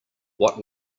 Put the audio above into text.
what